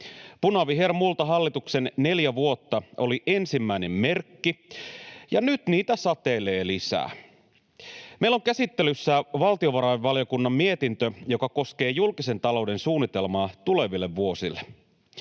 Punavihermultahallituksen neljä vuotta oli ensimmäinen merkki, ja nyt niitä satelee lisää. Meillä on käsittelyssä valtiovarainvaliokunnan mietintö, joka koskee julkisen talouden suunnitelmaa tuleville vuosille.